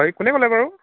হয় কোনে ক'লে বাৰু